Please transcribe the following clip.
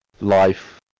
life